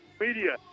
media